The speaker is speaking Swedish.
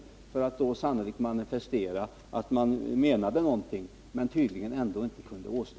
Den inrättade regeringen sannolikt för att manifestera att den ville åstadkomma något — vilket den ändå inte kunde göra.